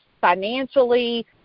financially